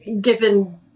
given